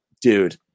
dude